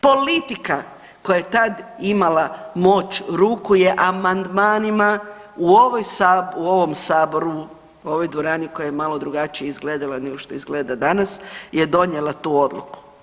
Politika koja je tad imala moć ruku je amandmanima u ovom Saboru, u ovoj dvorani koja je malo drugačije izgledala nego što izgleda danas je donijela tu odluku.